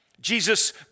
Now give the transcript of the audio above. Jesus